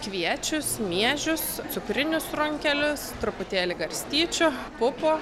kviečius miežius cukrinius runkelius truputėlį garstyčių pupų